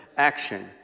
action